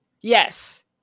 Yes